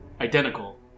identical